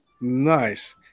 Nice